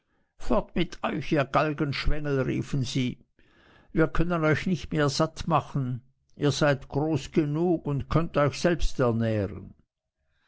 fort mit euch ihr galgenschwengel riefen sie wir können euch nicht mehr satt machen ihr seid groß genug und könnt euch selbst ernähren